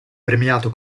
premiato